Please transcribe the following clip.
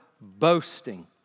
boasting